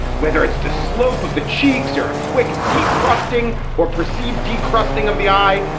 whether it's the slope of the cheeks or a quick d. crusting or perceived d. crusting of the eye.